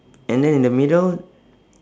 and then in the middle